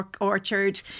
orchard